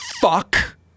fuck